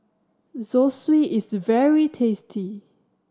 zosui is very tasty